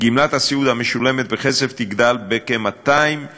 גמלת הסיעוד המשולמת בכסף תגדל בכ-230